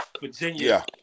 Virginia